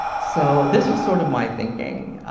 so this was sort of my thinking.